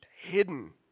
hidden